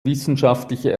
wissenschaftliche